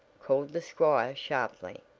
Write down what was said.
called the squire sharply.